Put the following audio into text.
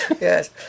Yes